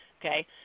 Okay